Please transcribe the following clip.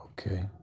Okay